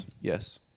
Yes